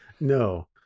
No